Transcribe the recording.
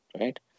Right